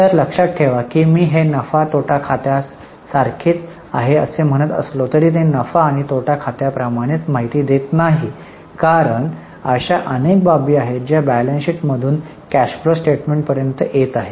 तर लक्षात ठेवा मी हे नफा आणि तोटा खात्यासारखेच आहे असे म्हणत असलो तरी ते नफा आणि तोटा खात्याप्रमाणेच माहिती देत नाही कारण अशा अनेक बाबी आहेत ज्या बॅलन्स शीट मधून कॅश फ्लो स्टेटमेंट पर्यंत येत आहेत